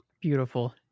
Beautiful